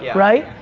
yeah right?